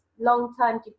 long-term